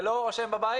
זה לא או שהם בבית